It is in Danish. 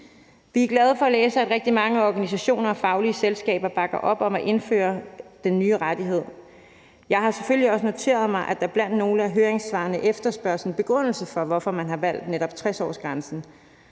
Vi er glade for at læse, at rigtig mange organisationer og faglige selskaber bakker op om at indføre den nye rettighed. Jeg har selvfølgelig også noteret mig, at der blandt nogle af høringssvarene efterspørges en begrundelse for, hvorfor man har valgt netop 60-årsgrænsen.